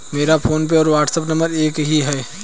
मेरा फोनपे और WhatsApp number एक ही है